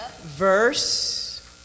Verse